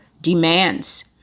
demands